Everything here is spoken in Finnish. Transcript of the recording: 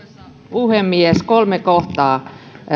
puhemies kolme kohtaa